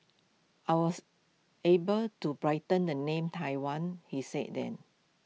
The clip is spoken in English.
I was able to brighten the name Taiwan he said then